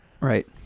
Right